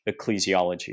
ecclesiology